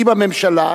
עם הממשלה,